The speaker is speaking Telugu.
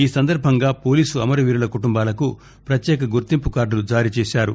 ఈ సందర్భంగా పోలీసు అమర వీరుల కుటుంబాలకు పత్యేక గుర్తింపు కార్డులు జారీ చేశారు